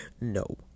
no